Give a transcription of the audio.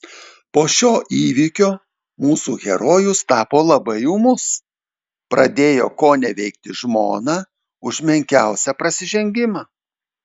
po šio įvykio mūsų herojus tapo labai ūmus pradėjo koneveikti žmoną už menkiausią prasižengimą